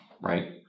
right